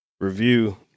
review